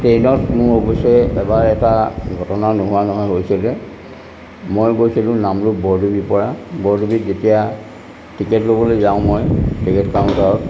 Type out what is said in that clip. ট্ৰেইনত মোৰ অৱশ্যে এবাৰ এটা ঘটনা নোহোৱা নহয় হৈছিলে মই গৈছিলোঁ নামৰূপ বৰডুবিৰ পৰা বৰডুবিত যেতিয়া টিকেট ল'বলৈ যাওঁ মই টিকেট কাউণ্টাৰত